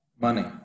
Money